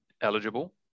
eligible